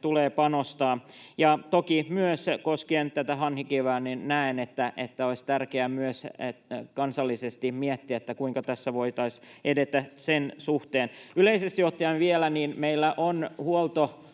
tulee panostaa, ja toki myös koskien tätä Hanhikiveä, näen, että olisi tärkeää myös kansallisesti miettiä, kuinka tässä voitaisiin edetä sen suhteen. Yleisesti ottaen vielä: Meillä on